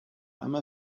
einmal